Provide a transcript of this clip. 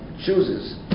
chooses